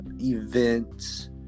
events